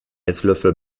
esslöffel